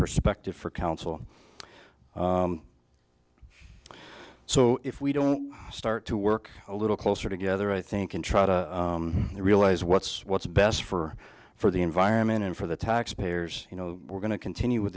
perspective for council so if we don't start to work a little closer together i think and try to realize what's what's best for for the environment and for the taxpayers you know we're going to continue with